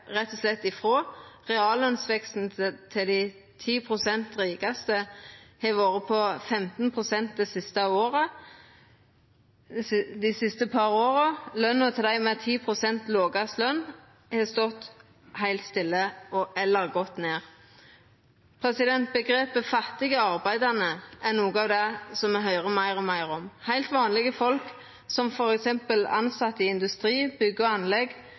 rett og slett ifrå. Reallønsveksten til dei 10 prosentane som er rikast, har vore på 15 pst. dei siste par åra. Løna til dei med dei 10 prosent lågaste lønene har stått heilt stille eller gått ned. Omgrepet fattige arbeidande er noko som me høyrer meir og meir om. Dette er heilt vanlege folk, som f.eks. tilsette i industri, bygg og anlegg,